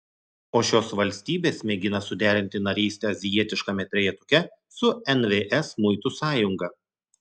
o šios valstybės mėgina suderinti narystę azijietiškame trejetuke su nvs muitų sąjunga